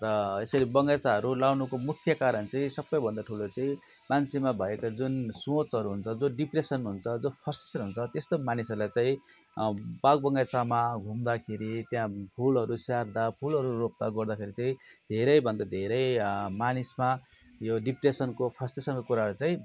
र यसरी बगैँचाहरू लगाउनुको मुख्य कारण चाहिँ सबैभन्दा ठुलो चाहिँ मान्छेमा भएका जुन सोचहरू हुन्छ जो डिप्रेसन भन्छ जो फ्रस्टेसन हुन्छ त्यस्तो मानिसहरूलाई चाहिँ बाग बगैँचामा घुम्दाखेरि त्यहाँ फुलहरू स्याहार्दा फुलहरू रोप्दागोडेदाखेरि चाहिँ धेरै भन्दा धेरै मानिसमा यो डिप्रेसनको फ्रस्टेसनको कुराहरू चाहिँ